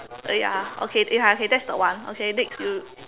uh ya okay ya okay that's the one okay next you